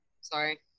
Sorry